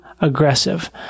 aggressive